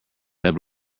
that